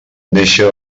néixer